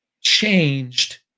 changed